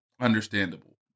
understandable